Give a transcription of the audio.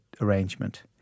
arrangement